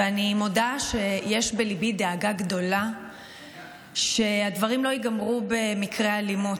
ואני מודה שיש בליבי דאגה גדולה שהדברים ייגמרו במקרי אלימות.